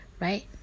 right